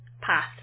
path